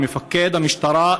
למפקד המשטרה,